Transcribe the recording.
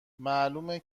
معلومه